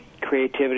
creativity